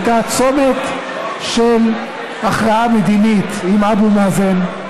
היה צומת של הכרעה מדינית עם אבו מאזן,